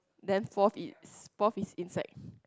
then fourth is insect